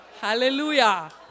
Hallelujah